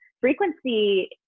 frequency